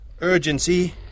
urgency